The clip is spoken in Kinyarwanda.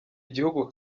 igihugu